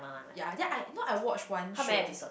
ya then I not I watch one show